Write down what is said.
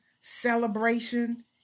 celebration